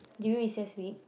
during recess week